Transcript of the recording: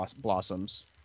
blossoms